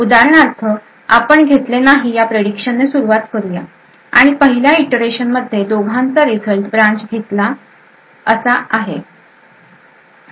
उदाहरण आपण घेतले नाही प्रेडिक्शने सुरुवात करुया आणि पहिल्या इटरेशन मध्ये दोघांचा रिझल्ट ब्रांच घेतल्या असा असेल